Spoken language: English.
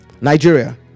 Nigeria